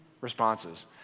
responses